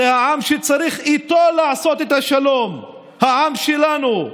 זה העם שצריך איתו לעשות את השלום, העם שלנו.